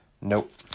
nope